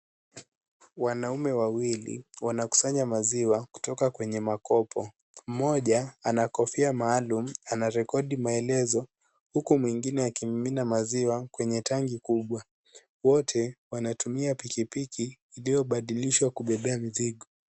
Wanaume wawili wanakusanya maziwa kutoka kwenye makopo, mmoja ana kofia maaluma anarekodi maelezo huku mwingine akimimina maziwa kwenye tanki kubwa, wote wanatumia pikipiki iliyobadilishwa kubebea mizigo.